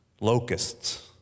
Locusts